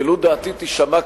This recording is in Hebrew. ולו דעתי תישמע,